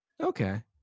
okay